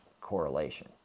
correlation